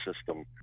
system